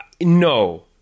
No